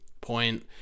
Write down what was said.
point